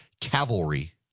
cavalry